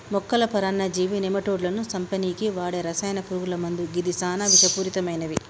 మొక్కల పరాన్నజీవి నెమటోడ్లను సంపనీకి వాడే రసాయన పురుగుల మందు గిది సానా విషపూరితమైనవి